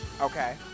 Okay